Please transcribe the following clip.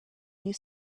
you